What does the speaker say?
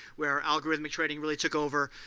where algorithm trading really took over